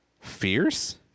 Fierce